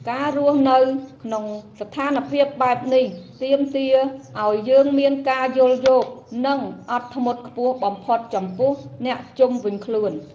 ការរស់នៅក្នុងស្ថានភាពបែបនេះទាមទារឱ្យយើងមានការយល់យោគ និងអត់ធ្មត់ខ្ពស់បំផុតចំពោះអ្នកជុំវិញខ្លួន។